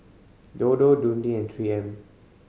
Dodo Dundee and Three M